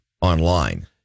online